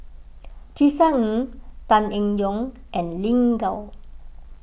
Tisa Ng Tan Eng Yoon and Lin Gao